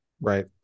Right